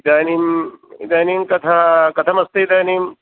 इदानीम् इदानीं कथा कथमस्ति इदानीम्